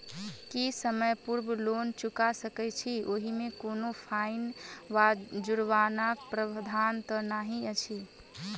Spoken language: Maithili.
की समय पूर्व लोन चुका सकैत छी ओहिमे कोनो फाईन वा जुर्मानाक प्रावधान तऽ नहि अछि?